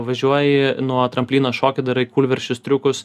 važiuoji nuo tramplyno šoki darai kūlversčius triukus